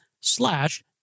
slash